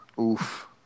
Oof